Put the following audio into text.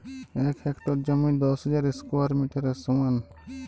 এক হেক্টর জমি দশ হাজার স্কোয়ার মিটারের সমান